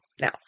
Now